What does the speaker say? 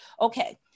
Okay